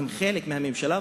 והם חלק מהממשלה,